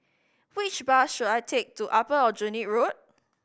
which bus should I take to Upper Aljunied Road